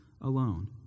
alone